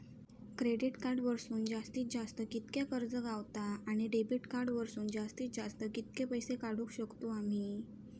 Credit card वरसून जास्तीत जास्त कितक्या कर्ज गावता, आणि डेबिट कार्ड वरसून जास्तीत जास्त कितके पैसे काढुक शकतू आम्ही?